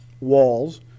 walls